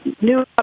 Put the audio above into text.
new